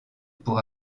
pour